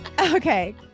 Okay